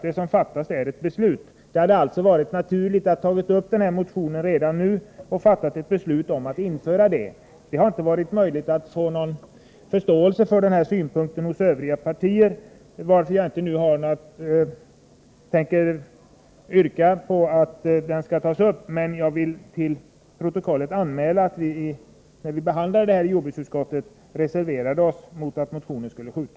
Vad som fattas är ett beslut. Det hade alltså varit naturligt att ta upp motionen redan nu och fatta beslut om att införa det föreslagna systemet. Det har inte varit möjligt att hos övriga partier få någon förståelse för denna synpunkt, varför jag inte tänker yrka på att motionen skall tas upp till behandling. Jag vill emellertid till protokollet anmäla att vi reserverade oss när utskottet behandlade frågan om uppskov.